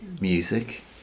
music